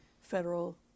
federal